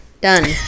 Done